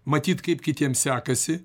matyt kaip kitiems sekasi